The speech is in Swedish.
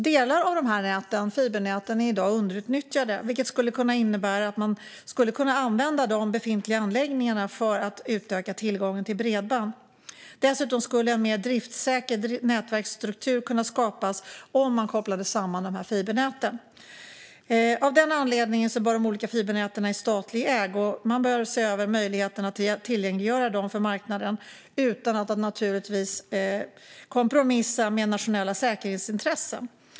Delar av de fibernäten är i dag underutnyttjade. De anläggningarna skulle kunna användas för att utöka tillgången till bredband. Dessutom skulle en mer driftssäker nätverksstruktur kunna skapas om man kopplar samman de fibernäten. Av den anledningen bör man se över möjligheten att tillgängliggöra de olika fibernäten i statlig ägo för marknaden, naturligtvis utan att kompromissa med nationella säkerhetsintressen.